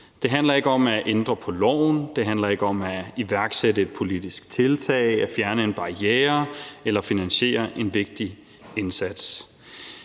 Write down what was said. Det handler ikke om at ændre på loven, det handler ikke om at iværksætte et politisk tiltag, at fjerne en barriere eller at finansiere en vigtig indsats.